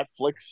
Netflix